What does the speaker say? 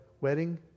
wedding